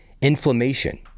inflammation